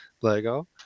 Lego